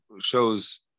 shows